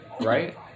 Right